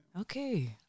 Okay